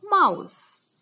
mouse